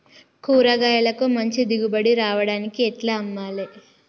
కూరగాయలకు మంచి దిగుబడి రావడానికి ఎట్ల అమ్మాలే?